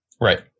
Right